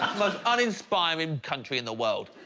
most uninspiring country in the world.